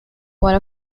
one